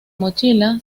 mochila